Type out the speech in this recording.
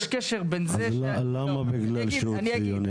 יש קשה בזה -- אז למה בגלל שהוא ציוני?